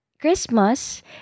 christmas